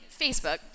Facebook